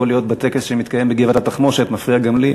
להיות בטקס שמתקיים בגבעת-התחמושת מפריעה גם לי.